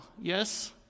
yes